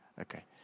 Okay